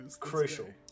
Crucial